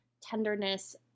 tenderness